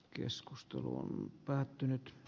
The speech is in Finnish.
asian käsittely keskeytetään